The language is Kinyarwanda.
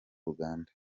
uganda